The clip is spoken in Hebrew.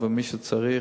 אבל מי שצריך,